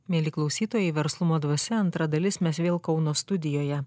mieli klausytojai verslumo dvasia antra dalis mes vėl kauno studijoje